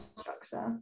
structure